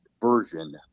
version